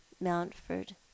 Mountford